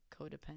codependent